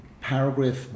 Paragraph